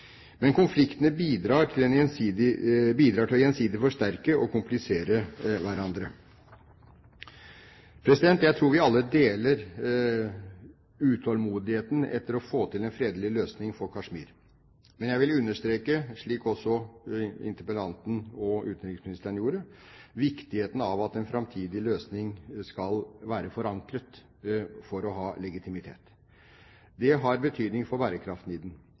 Konfliktene bidrar til gjensidig å forsterke og komplisere hverandre. Jeg tror vi alle deler utålmodigheten etter å få til en fredelig løsning for Kashmir. Men jeg vil understreke, slik også interpellanten og utenriksministeren gjorde, viktigheten av at en framtidig løsning skal være forankret for å ha legitimitet. Det har betydning for